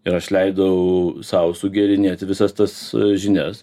ir aš leidau sau sugėrinėti visas tas žinias